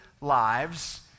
lives